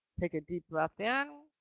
take a deep breath in,